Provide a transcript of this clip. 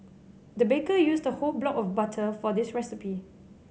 the baker used a whole block of butter for this recipe